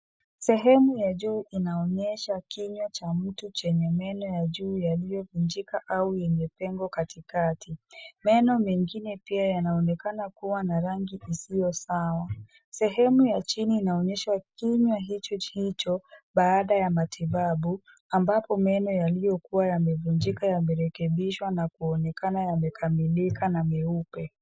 Sehemu ya juu inaonyesha kinywa cha mtu chenye meno ya juu yaliyovunjika au yenye pengo katikati. Meno mengine pia yanaonekana kuwa na rangi isiyo sawa. Sehemu ya chini inaonyesha kinywa hicho chicho baada ya matibabu ambapo meno yaliyokuwa yamevunjika yamerekebishwa na kuonekana yamekamilika na meupe.